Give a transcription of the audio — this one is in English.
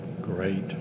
great